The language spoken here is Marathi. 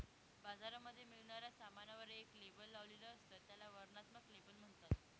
बाजारामध्ये मिळणाऱ्या सामानावर एक लेबल लावलेले असत, त्याला वर्णनात्मक लेबल म्हणतात